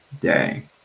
day